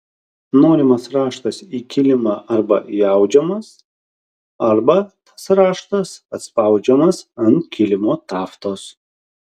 norimas raštas į kilimą arba įaudžiamas arba tas raštas atspaudžiamas ant kilimo taftos